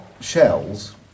shells